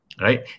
Right